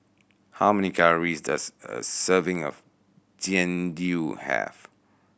how many calories does a serving of Jian Dui have